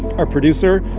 our producer,